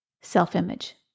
self-image